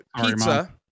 Pizza